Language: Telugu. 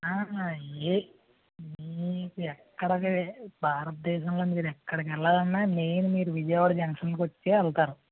ఆయ్ మీరు ఎక్కడికి భారతదేశంలో మీరు ఎక్కడికి వెళ్ళాలన్న మెయిన్ మీరు విజయవాడ జంక్షన్కి వచ్చే ఏలుతారు